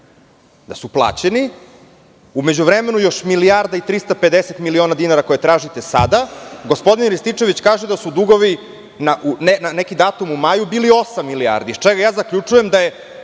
da su plaćeni, u međuvremenu, još milijarda i 350 miliona dinara koje tražite sada. Gospodine Rističević kaže da su dugovi na neki datum u maju bili osam milijardi, iz čega zaključujem da je